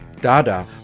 Dada